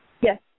Yes